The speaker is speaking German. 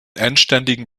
endständigen